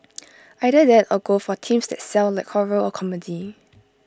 either that or go for themes that sell like horror or comedy